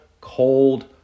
cold